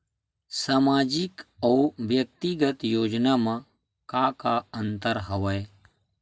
सामाजिक अउ व्यक्तिगत योजना म का का अंतर हवय?